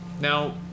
Now